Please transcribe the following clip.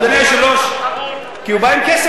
כי הוא בא עם כסף.